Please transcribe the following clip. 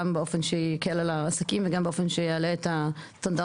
והגענו לאיזשהו מתווה שלכל